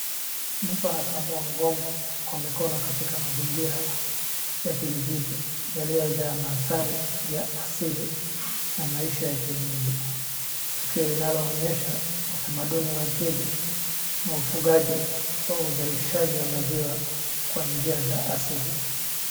Mtu anakamua ng'ombe kwa mikono katika mazingira ya kijijini yaliyojaa mandhari ya asili na maisha ya kienyeji. Tukio linaloonyesha utamaduni wa jadi na ufugaji wa uzalishaji wa maziwa kwa njia za asili.